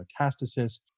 metastasis